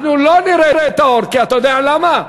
אנחנו לא נראה את האור, אתה יודע למה?